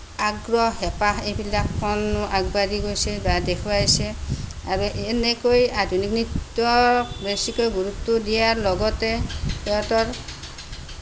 আগ্ৰহ হেঁপাহ এইবিলাকনো আগবাঢ়ি গৈছে বা দেখোৱাইছে আৰু এনেকৈ আধুনিক নৃত্য বেছিকৈ গুৰুত্ব দিয়াৰ লগতে সিহঁতৰ